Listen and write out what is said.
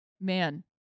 man